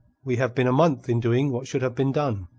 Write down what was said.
we have been a month in doing what should have been done,